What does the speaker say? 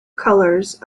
colours